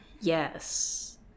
Yes